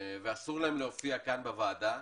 ואסור להם להופיע כאן בוועדה,